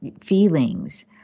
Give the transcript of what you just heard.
feelings